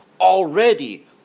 already